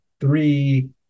three